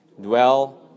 Dwell